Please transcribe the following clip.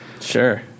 Sure